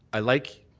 i like,